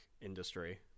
industry